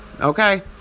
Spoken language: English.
okay